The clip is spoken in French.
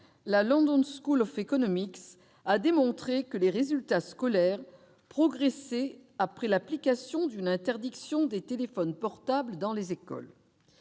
la London School of Economics a démontré que les résultats scolaires progressaient après l'application d'une interdiction des téléphones portables dans les écoles.